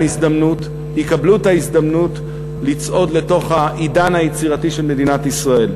הזדמנות יקבלו את ההזדמנות לצעוד לתוך העידן היצירתי של מדינת ישראל.